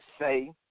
say